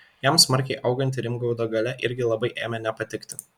jam smarkiai auganti rimgaudo galia irgi labai ėmė nepatikti